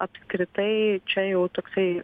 apskritai čia jau toksai